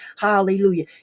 hallelujah